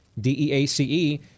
d-e-a-c-e